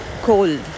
cold